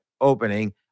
opening